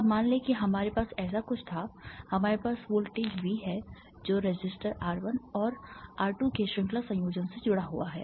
अब मान लें कि हमारे पास ऐसा कुछ था हमारे पास वोल्टेज V है जो रेसिस्टर R1 और R2 के श्रृंखला संयोजन से जुड़ा हुआ है